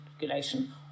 regulation